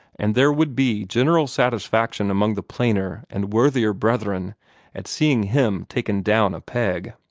and there would be general satisfaction among the plainer and worthier brethren at seeing him taken down a peg.